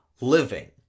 living